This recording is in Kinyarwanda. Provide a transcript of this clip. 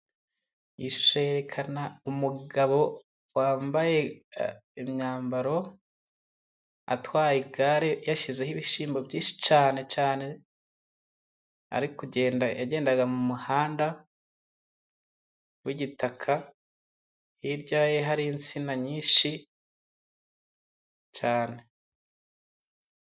Iyi shusho yerekana umugabo wambaye imyambaro, atwaye igare yashyizeho ibishyimbo byinshi cyane cyane. Ari kugenda, yagendaga mu muhanda w'igitaka, hirya ye hari insina nyinshi cyane.